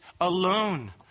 alone